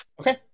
Okay